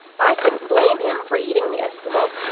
i couldn't blame him for eating the eskimo,